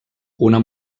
una